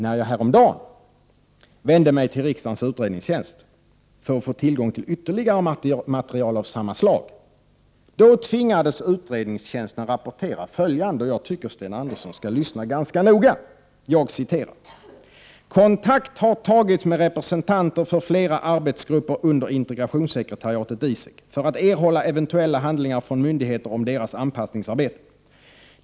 När jag häromdagen vände mig till riksdagens utredningstjänst för att få tillgång till ytterligare material av samma slag, tvingades utredningstjänsten rapportera följande. Jag tycker att Sten Andersson skall lyssna ganska noga på detta. ”Kontakt har tagits med representanter för flera arbetsgrupper under Integrationssekretariatet, ISEK, för att erhålla eventuella handlingar från myndigheter om deras anpassningsarbete.